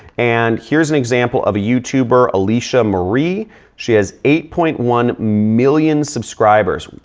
and here's an example of a youtuber alicia marie she has eight point one million subscribers.